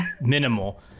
minimal